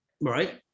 Right